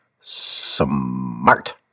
smart